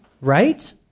Right